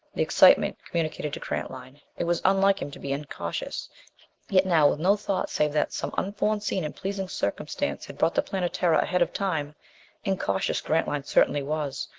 the excitement communicated to grantline. it was unlike him to be incautious yet now with no thought save that some unforeseen and pleasing circumstance had brought the planetara ahead of time incautious, grantline certainly was!